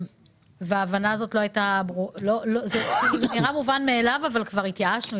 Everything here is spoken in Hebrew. זה נראה מובן מאליו, אבל כבר התייאשנו.